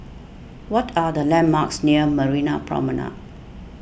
what are the landmarks near Marina Promenade